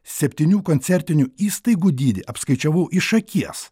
septynių koncertinių įstaigų dydį apskaičiavau iš akies